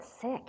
sick